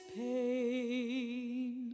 pain